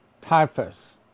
typhus